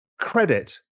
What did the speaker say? credit